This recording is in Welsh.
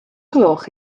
gloch